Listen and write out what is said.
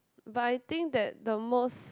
but I think that the most